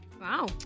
Wow